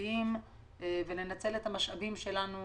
הסביבתיים ולנצל את המשאבים שלנו